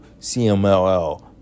CMLL